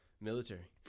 military